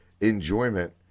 enjoyment